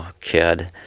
kid